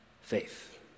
faith